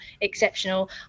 Exceptional